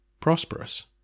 prosperous